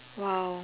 !wow!